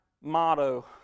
motto